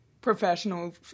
professional